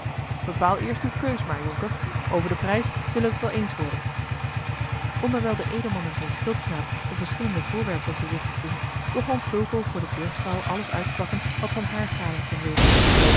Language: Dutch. bepaal eerst uwe keus maar jonker over den prijs zullen wij het wel eens worden onderwijl de edelman en zijn schildknaap de verschillende voorwerpen bezichtigden begon fulco voor de burchtvrouwe alles uit te pakken wat van hare gading kon wezen